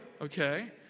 Okay